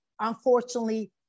unfortunately